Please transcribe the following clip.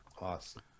Awesome